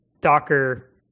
docker